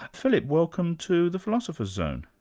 philip, welcome to the philosopher's zone.